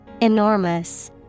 Enormous